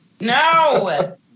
No